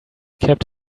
kept